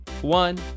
one